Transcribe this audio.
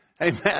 Amen